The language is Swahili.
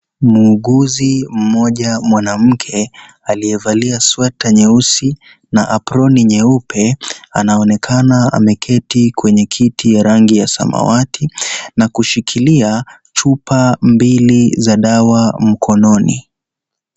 Muuguzi mmoja mwanamke aliyevalia sweta nyeusi na aproni nyeupe anaonekana ameketi kwenye kiti ya rangi ya samawati an kushikilia chupa mbili za dawa mkononi.